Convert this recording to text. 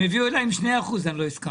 הם הביאו אליי עם 2% ולא הסכמתי.